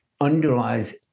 underlies